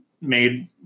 made